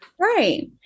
Right